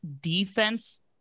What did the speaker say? defense